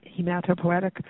Hematopoietic